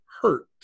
hurt